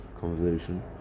conversation